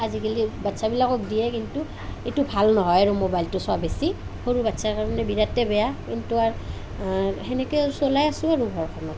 আজিকালি বাচ্ছাবিলাকক দিয়ে কিন্তু এইটো ভাল নহয় আৰু ম'বাইলটো চোৱা বেছি সৰু বাচ্ছাৰ কাৰণে বিৰাটেই বেয়া কিন্তু আৰু সেনেকৈ চলাই আছোঁ আৰু ঘৰখনক